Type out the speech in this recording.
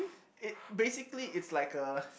it basically it's like a